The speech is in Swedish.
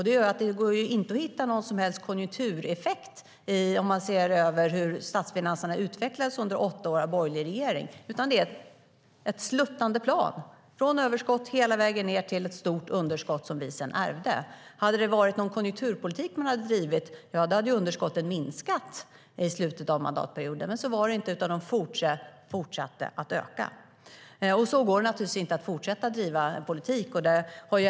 Det gör att det inte går att hitta någon som helst konjunktureffekt om man ser på hur statsfinanserna utvecklades under åtta år av borgerlig regering, utan det är ett sluttande plan, från överskott hela vägen ned till ett stort underskott som vi sedan ärvde. Hade det varit en konjunkturpolitik man drev hade underskotten minskat i slutet av mandatperioden, men så var det inte, utan de fortsatte att öka. Så går det naturligtvis inte att fortsätta.